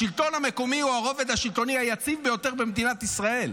השלטון המקומי הוא הרובד השלטוני היציב ביותר במדינת ישראל.